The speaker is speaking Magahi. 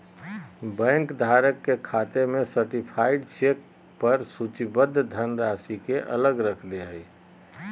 बैंक धारक के खाते में सर्टीफाइड चेक पर सूचीबद्ध धनराशि के अलग रख दे हइ